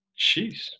Jeez